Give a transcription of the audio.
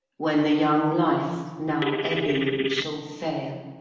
when the young life, now ebbing, shall fail,